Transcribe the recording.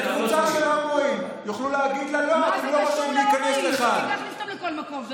רופאים יוכלו לסרב לטיפול רפואי עבור ערבים,